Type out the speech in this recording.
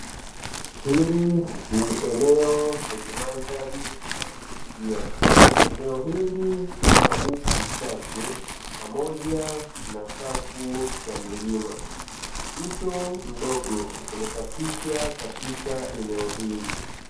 Hili ni eneo lenye mandhari ya kuvutia, eneo hili lina miti michache pamoja na safu za milima, mto mdogo umekatisha katika eneo hili.